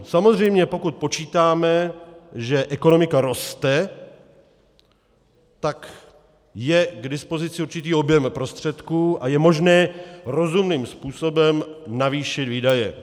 Samozřejmě pokud počítáme, že ekonomika roste, tak je k dispozici určitý objem prostředků a je možné rozumným způsobem navýšit výdaje.